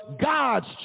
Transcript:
God's